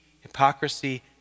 hypocrisy